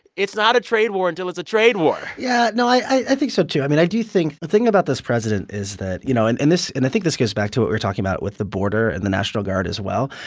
it's not a trade war until it's a trade war yeah. no. i think so, too. i mean, i do think the thing about this president is that you know, and and this and i think this goes back to what we're talking about with the border and the national guard as well,